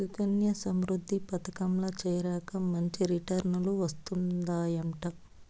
సుకన్యా సమృద్ధి పదకంల చేరాక మంచి రిటర్నులు వస్తందయంట